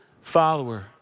follower